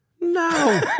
No